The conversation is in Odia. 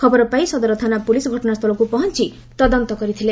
ଖବର ପାଇ ସଦର ଥାନା ପୋଲିସ ଘଟଶା ସ୍ଚୁଳକୁ ପହଞ୍ଚି ତଦନ୍ତ କରିଥିଲେ